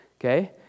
okay